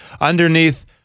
underneath